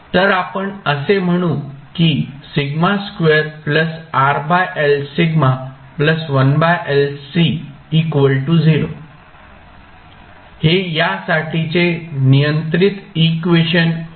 तर आपण असे म्हणू की हे यासाठीचे नियंत्रित इक्वेशन होईल